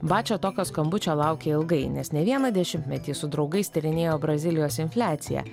bačia tokio skambučio laukė ilgai nes ne vieną dešimtmetį su draugais tyrinėjo brazilijos infliaciją